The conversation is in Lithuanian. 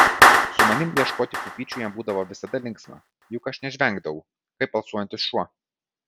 su manimi ieškoti pupyčių jam būdavo visada linksma juk aš nežvengdavau kaip alsuojantis šuo